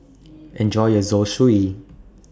Enjoy your Zosui